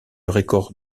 record